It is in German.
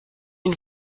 ihn